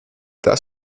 das